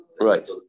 right